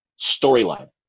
storyline